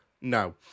No